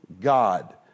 God